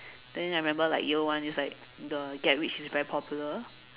then I remember like year one is like the get rich is very popular